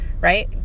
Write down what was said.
right